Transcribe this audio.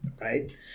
Right